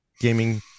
gaming